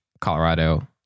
Colorado